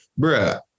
bruh